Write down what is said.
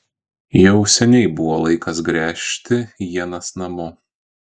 jau seniai buvo laikas gręžti ienas namo